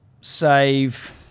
save